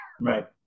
right